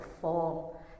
fall